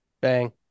Bang